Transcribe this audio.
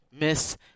Miss